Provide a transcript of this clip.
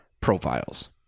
profiles